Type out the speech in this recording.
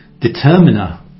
determiner